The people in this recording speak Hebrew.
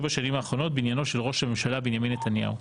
בשנים האחרונות בעניינו של ראש הממשלה בנימין נתניהו.